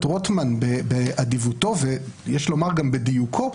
רוטמן באדיבותו ויש לומר גם בדיוקו,